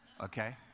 Okay